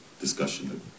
discussion